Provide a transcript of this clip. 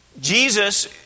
Jesus